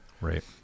Right